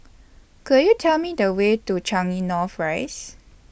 Could YOU Tell Me The Way to Changi North Rise